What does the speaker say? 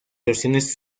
versiones